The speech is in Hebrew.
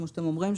כמו שאתם אומרים,